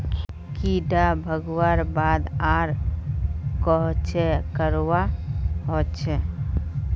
कीड़ा भगवार बाद आर कोहचे करवा होचए?